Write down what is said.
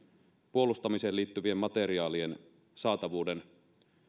puolustamiseen liittyvien materiaalien saatavuuden